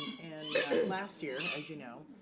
and last year as you know,